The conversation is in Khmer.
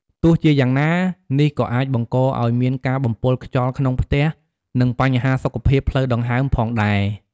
ទោះជាយ៉ាងណា នេះក៏អាចបង្កឱ្យមានការបំពុលខ្យល់ក្នុងផ្ទះ និងបញ្ហាសុខភាពផ្លូវដង្ហើមផងដែរ។